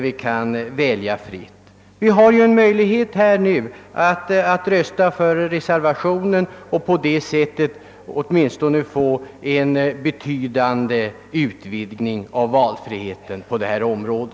Vi har här en möjlighet att rösta för reservationen och på det sättet åtminstone få en betydande utvidgning av valfriheten på detta område.